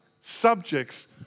subjects